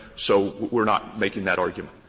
so we're not making that argument.